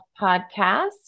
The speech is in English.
Podcast